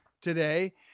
today